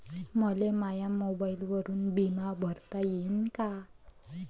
मले माया मोबाईलवरून बिमा भरता येईन का?